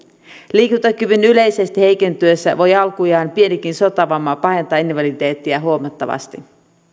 liikuntakyvyn yleisesti heikentyessä voi alkujaan pienikin sotavamma pahentaa invaliditeettia huomattavasti